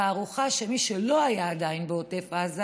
תערוכה שמי שלא היה עדיין בעוטף עזה,